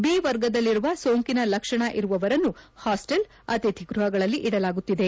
B ವರ್ಗದಲ್ಲಿರುವ ಸೋಂಕಿನ ಲಕ್ಷಣ ಇರುವವರನ್ನು ಹಾಸ್ವೆಲ್ ಅತಿಥಿ ಗೃಹಗಳಲ್ಲಿ ಇಡಲಾಗುತ್ತಿದೆ